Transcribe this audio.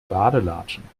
badelatschen